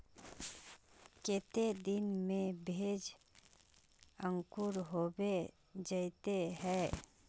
केते दिन में भेज अंकूर होबे जयते है?